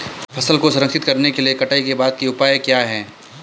फसल को संरक्षित करने के लिए कटाई के बाद के उपाय क्या हैं?